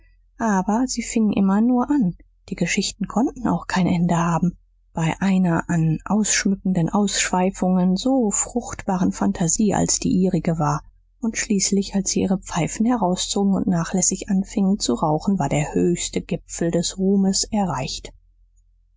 aber sie fingen immer nur an die geschichten konnten auch kein ende haben bei einer an ausschmückenden abschweifungen so fruchtbaren phantasie als die ihrige war und schließlich als sie ihre pfeifen herauszogen und nachlässig anfingen zu rauchen war der höchste gipfel des ruhmes erreicht